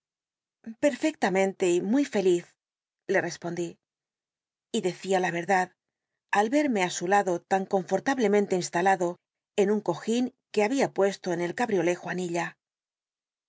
perfectamente y muy feliz le respondí y decia la verdad al erme á su ja'do tan confortablemente instalado en nn cogin que habia puesto rn el cabriolé